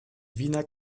wiener